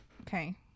okay